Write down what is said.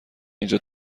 اینجا